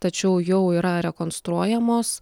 tačiau jau yra rekonstruojamos